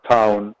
Town